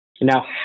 now